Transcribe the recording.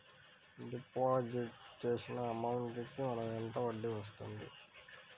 Deposit చేసిన amount కి మనకి ఎంత వడ్డీ వస్తుంది?